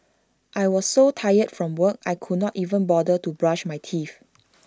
I was so tired from work I could not even bother to brush my teeth